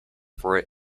for